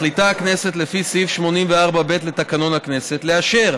מחליטה הכנסת לפי סעיף 84(ב) לתקנון הכנסת, לאשר